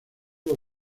los